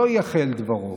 לא יחל דברו.